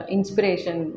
Inspiration